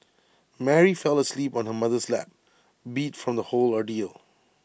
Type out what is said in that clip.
Mary fell asleep on her mother's lap beat from the whole ordeal